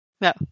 No